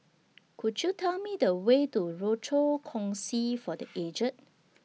Could YOU Tell Me The Way to Rochor Kongsi For The Aged